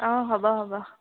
অঁ হ'ব হ'ব